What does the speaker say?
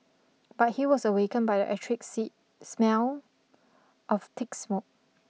but he was awakened by the acrid sit smell of thick smoke